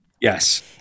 Yes